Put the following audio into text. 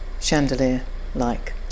Chandelier-like